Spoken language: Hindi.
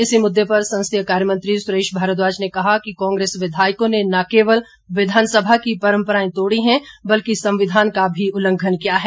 इसी मुद्दे पर संसदीय कार्य मंत्री सुरेश भारद्वाज ने कहा कि कांग्रेस विधायकों ने न केवल विधानसभा की परंपराएं तोड़ी हैं बल्कि संविधान का भी उल्लंघन किया है